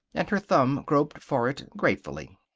and her thumb groped for it, gratefully.